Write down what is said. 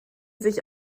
sich